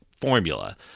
formula